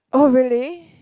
oh really